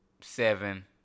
seven